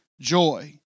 joy